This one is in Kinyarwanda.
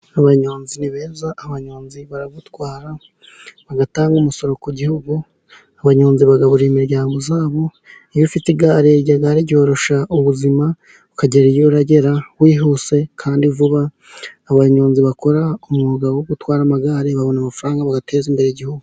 Abanyonzi ni beza, abanyonzi barabatwara bagatanga umusoro ku gihugu, abanyonzi bagaburira imiryango yabo, iyo ufite igare ryoroshya ubuzima ukagera iyogera wihuse kandi vuba, abanyonzi bakora umwuga wo gutwara amagare babona amafaranga, bagateza imbere igihugu.